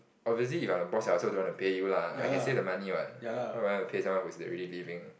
obviously if I were the boss I also don't wanna pay you lah I could save the money what why would I wanna pay someone who is already leaving